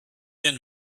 been